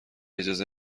اجازه